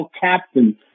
captain